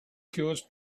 cures